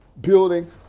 building